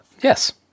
Yes